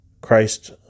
Christ